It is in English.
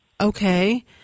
Okay